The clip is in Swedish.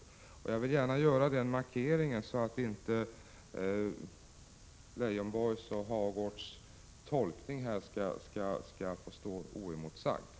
Jag vill gärna göra den markeringen för att inte Lars Leijonborgs och Birger Hagårds tolkning skall få stå oemotsagd.